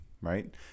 right